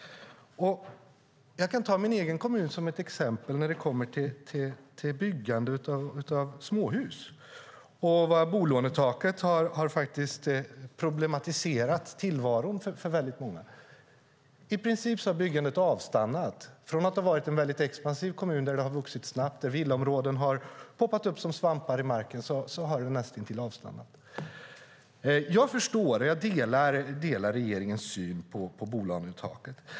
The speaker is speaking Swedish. Och jag kan ta min egen kommun som ett exempel när det kommer till byggande av småhus och hur bolånetaket har problematiserat tillvaron för väldigt många. I princip har byggandet avstannat. Hammarö har varit en expansiv kommun där villaområden har poppat upp som svampar ur marken, men nu har detta näst intill avstannat. Jag förstår och delar regeringens syn på bolånetaket.